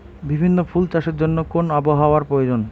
বিভিন্ন ফুল চাষের জন্য কোন আবহাওয়ার প্রয়োজন?